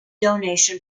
donation